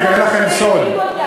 אני אגלה לכם סוד.